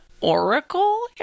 Oracle